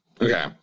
Okay